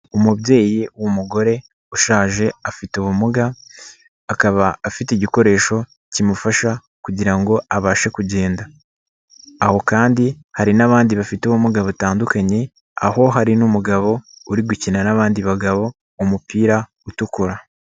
Umubyeyi w'umugore ushaje afite ubumuga, akaba afite igikoresho kimufasha kugira ngo abashe kugenda. Aho kandi hari n'abandi bafite ubumuga batandukanye, aho hari n'umugabo uri gukina n'abandi bagabo umupira utukura.